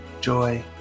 joy